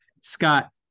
Scott